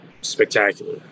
spectacular